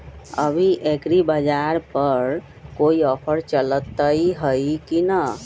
अभी एग्रीबाजार पर कोई ऑफर चलतई हई की न?